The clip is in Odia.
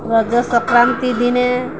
ରଜ ସଂକ୍ରାନ୍ତି ଦିନ